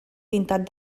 pintat